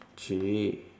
!chey!